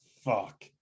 fuck